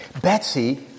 Betsy